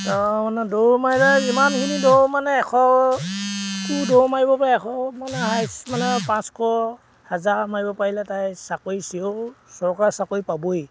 তাপা মানে দৌৰ মাৰিলে যিমানখিনি দৌৰ মানে এশতো দৌৰ মাৰিব পাৰে এশ মানে হাইচ মানে পাঁচশ হাজাৰ মাৰিব পাৰিলে তাই চাকৰি চিয়ৰ চৰকাৰ চাকৰি পাবই